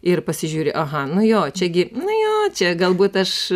ir pasižiūri aha nu jo čia gi nu jo čia galbūt aš